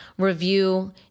review